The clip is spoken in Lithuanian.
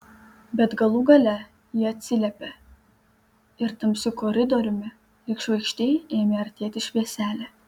bet galų gale ji atsiliepė ir tamsiu koridoriumi lyg žvaigždė ėmė artėti švieselė